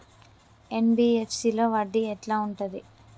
NBFC లో వడ్డీ ఎట్లా ఉంటది?